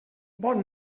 bon